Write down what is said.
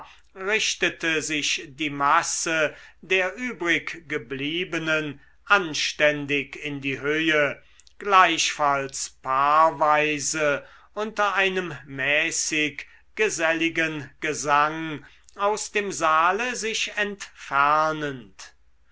richtete sich die masse der übriggebliebenen anständig in die höhe gleichfalls paarweise unter einem mäßig geselligen gesang aus dem saale sich entfernend